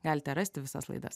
galite rasti visas laidas